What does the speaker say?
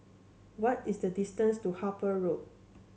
what is the distance to Harper Road